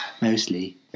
Mostly